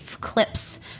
clips